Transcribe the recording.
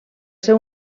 ser